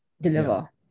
deliver